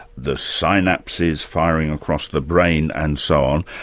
the synapses firing across the brain, and so on.